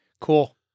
Cool